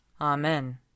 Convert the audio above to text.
Amen